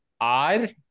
odd